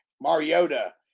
Mariota